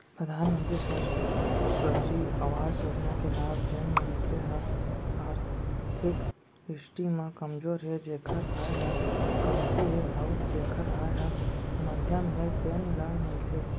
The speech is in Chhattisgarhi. परधानमंतरी सहरी अवास योजना के लाभ जेन मनसे ह आरथिक दृस्टि म कमजोर हे जेखर आय ह कमती हे अउ जेखर आय ह मध्यम हे तेन ल मिलथे